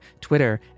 Twitter